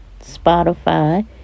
Spotify